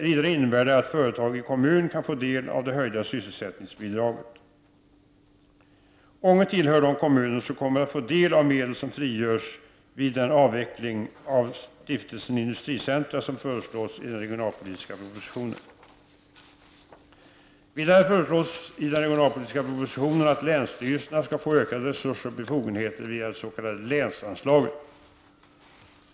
Vidare innebär det att företag i kommunen kan få del av det höjda sysselsättningsbidraget. Ånge tillhör de kommuner som kommer att få del av medel som frigörs vid den avveckling av Stiftelsen Industricentra som föreslås i den regionalpolitiska propositionen. Vidare föreslås i den regionalpolitiska propositionen att länsstyrelserna skall få ökade resurser och befogenheter via det s.k. länsanslaget.